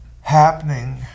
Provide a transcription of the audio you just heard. happening